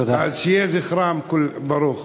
יהיה זכרם ברוך.